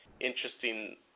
Interesting